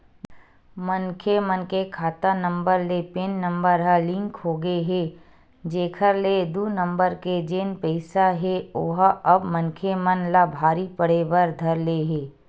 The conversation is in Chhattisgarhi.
मनखे मन के खाता नंबर ले पेन नंबर ह लिंक होगे हे जेखर ले दू नंबर के जेन पइसा हे ओहा अब मनखे मन ला भारी पड़े बर धर ले हे